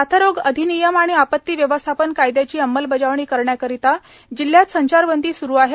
साथरोग अधिनियम आणि आपत्ती व्यवस्थापन कायदयाची अंमलबजावणी करण्याकरिता जिल्हयात संचारबंदी सूरु आहे